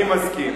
אני מסכים.